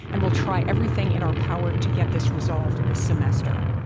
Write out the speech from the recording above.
and we'll try everything in our power to get this resolved this semester.